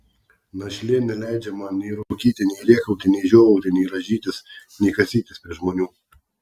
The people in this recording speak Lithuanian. našlė neleidžia man nei rūkyti nei rėkauti nei žiovauti nei rąžytis nei kasytis prie žmonių